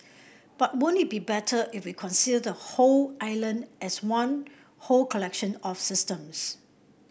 but won't it be better if we consider the whole island as one whole collection of systems